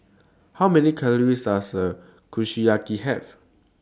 How Many Calories Does A Kushiyaki Have